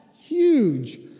huge